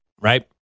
Right